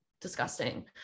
disgusting